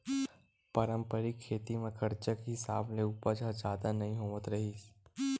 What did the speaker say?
पारंपरिक खेती म खरचा के हिसाब ले उपज ह जादा नइ होवत रिहिस